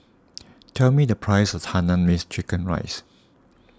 tell me the price of Hainanese Chicken Rice